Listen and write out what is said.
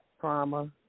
Trauma